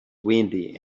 windy